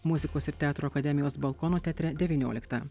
muzikos ir teatro akademijos balkono teatre devynioliktą